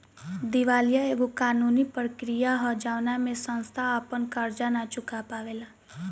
दिवालीया एगो कानूनी प्रक्रिया ह जवना में संस्था आपन कर्जा ना चूका पावेला